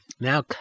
now